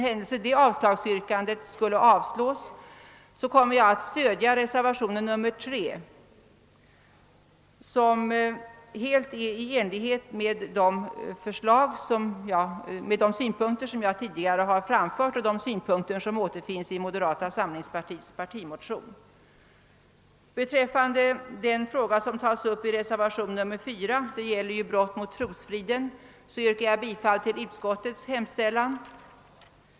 Om det yrkandet inte vinner bifall kommer jag att stödja reservationen 3 vid C i utskottets hemställan, som helt överensstämmer med de synpunkter som jag tidigare framfört och som även återfinns i moderata samlingspartiets partimotion. Beträffande den fråga som tas upp i reservationen 4 vid D i utskottets hemställan — det gäller brott mot trosfriden — yrkar jag bifall till utskottets hemställan.